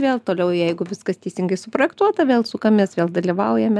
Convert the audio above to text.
vėl toliau jeigu viskas teisingai suprojektuota vėl sukamės vėl dalyvaujame